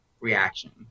reaction